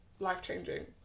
Life-changing